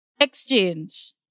exchange